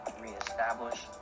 Reestablish